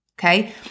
Okay